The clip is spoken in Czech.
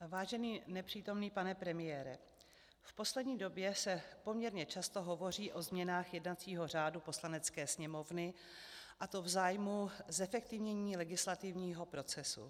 Vážený nepřítomný pane premiére, v poslední době se poměrně často hovoří o změnách jednacího řádu Poslanecké sněmovny, a to v zájmu zefektivnění legislativního procesu.